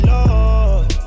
Lord